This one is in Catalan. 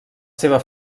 seva